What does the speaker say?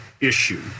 issue